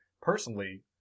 personally